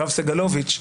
יואב סגלוביץ',